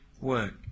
work